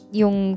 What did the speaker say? yung